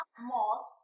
Moss